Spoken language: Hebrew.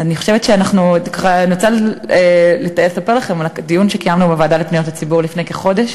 אני רוצה לספר לכם על דיון שקיימנו בוועדה לפניות הציבור לפני כחודש.